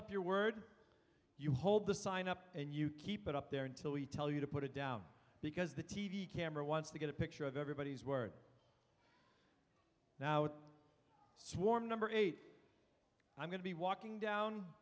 up your word you hold the sign up and you keep it up there until we tell you to put it down because the t v camera wants to get a picture of everybody's word now swarm number eight i'm going to be walking down